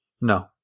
No